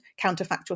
counterfactual